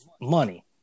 money